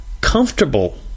comfortable